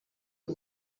the